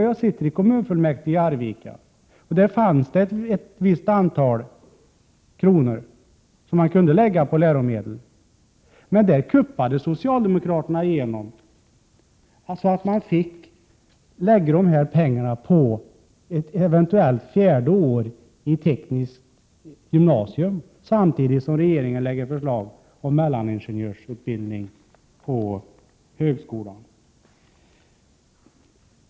Jag sitter i kommunfullmäktige i Arvika, och där fanns ett visst antal kronor som man kunde lägga på läromedel, men där gjorde socialdemokraterna en kupp och sade att man fick lägga dessa pengar på ett eventuellt fjärde år i tekniskt gymnasium, samtidigt som regeringen lade fram förslag om mellaningenjörsutbildning på högskolan.